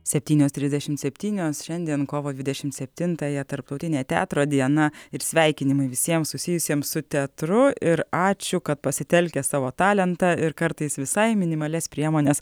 septynios trisdešimt septynios šiandien kovo dvidešimt septintąją tarptautinė teatro diena ir sveikinimai visiems susijusiems su teatru ir ačiū kad pasitelkę savo talentą ir kartais visai minimalias priemones